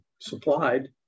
supplied